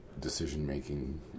decision-making